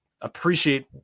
appreciate